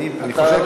אתה לא מתכוון,